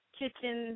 kitchen